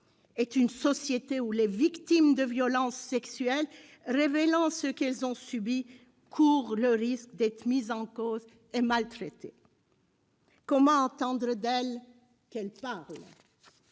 est une société dans laquelle les victimes de violences sexuelles révélant ce qu'elles ont subi courent le risque d'être mises en cause et maltraitées. Comment attendre d'elles qu'elles parlent ?